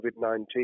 COVID-19